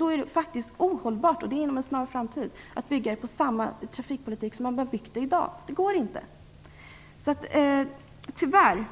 Då är det ohållbart - och det inom en snar framtid - att bygga på samma trafikpolitik som man gör i dag. Det går inte. Vi kan tyvärr